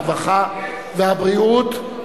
הרווחה והבריאות,